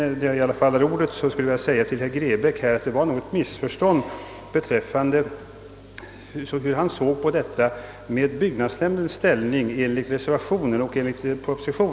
Medan jag ännu har ordet vill jag säga till herr Grebäck att hans syn på byggnadsnämndens = ställning måste grunda sig på en missuppfattning av vad som i propositionen och i reservationen anförs i detta sammanhang.